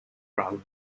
rather